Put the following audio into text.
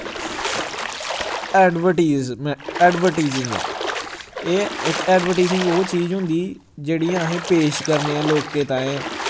advertise में advertising एह् इक एडवरटीजिंग ओह् चीज होंदी जेह्ड़ी असें पेश करने लोकें ताहीं